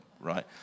right